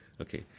Okay